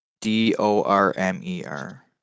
D-O-R-M-E-R